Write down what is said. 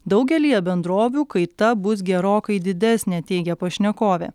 daugelyje bendrovių kaita bus gerokai didesnė teigia pašnekovė